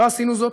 לא עשינו זאת,